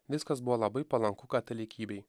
viskas buvo labai palanku katalikybei